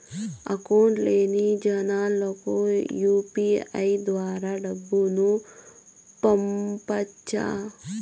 Account లేని జనాలకు UPI ద్వారా డబ్బును పంపొచ్చా?